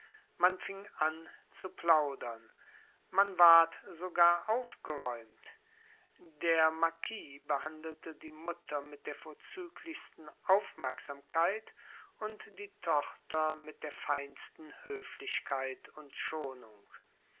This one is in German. man fing an zu plaudern man ward sogar aufgeräumt der marquis behandelte die mutter mit der vorzüglichsten aufmerksamkeit und die tochter mit der feinsten höflichkeit und schonung